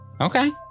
Okay